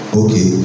okay